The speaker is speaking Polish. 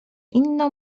inną